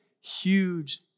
huge